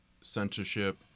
censorship